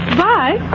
bye